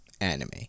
Anime